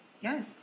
Yes